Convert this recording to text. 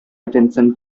attention